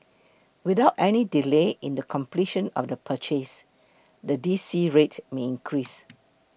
without any delay in the completion of the purchase the D C rate may increase